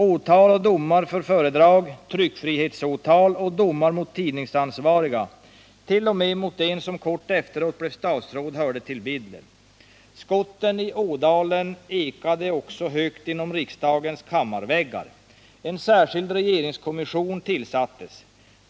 Åtal och domar för föredrag, tryckfrihetsåtal och domar mot tidningsansvariga, t.o.m. mot en som kort efteråt blev statsråd, hörde till bilden. Skotten i Ådalen ekade också högt inom riksdagens kammarväggar. En särskild regeringskommission tillsattes.